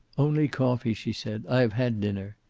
only coffee, she said. i have had dinner.